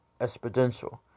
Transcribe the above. exponential